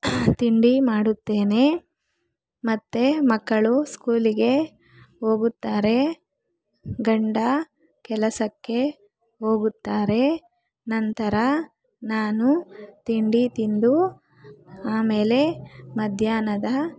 ತಿಂಡಿ ಮಾಡುತ್ತೇನೆ ಮತ್ತೆ ಮಕ್ಕಳು ಸ್ಕೂಲಿಗೆ ಹೋಗುತ್ತಾರೆ ಗಂಡ ಕೆಲಸಕ್ಕೆ ಹೋಗುತ್ತಾರೆ ನಂತರ ನಾನು ತಿಂಡಿ ತಿಂದು ಆಮೇಲೆ ಮಧ್ಯಾಹ್ನದ